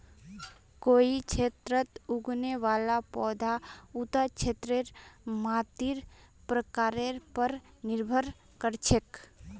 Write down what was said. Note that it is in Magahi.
कोई क्षेत्रत उगने वाला पौधार उता क्षेत्रेर मातीर प्रकारेर पर निर्भर कर छेक